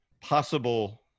possible